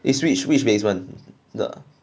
eh switch which basement the